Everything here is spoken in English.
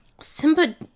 Simba